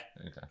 Okay